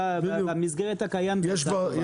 במסגרת הקיים זאת הצעה טובה.